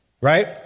right